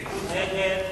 14)